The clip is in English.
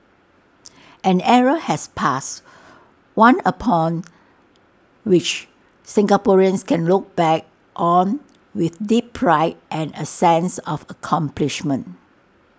an era has passed one upon which Singaporeans can look back on with deep pride and A sense of accomplishment